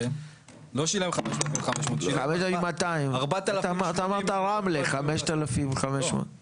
לא שילם 5,500 שילם 4,080. אתה אמרת רמלה שילם 5,200. לא,